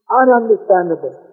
ununderstandable